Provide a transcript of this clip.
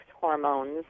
hormones